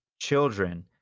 children